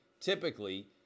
typically